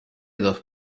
dos